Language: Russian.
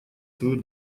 свою